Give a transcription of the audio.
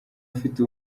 ufite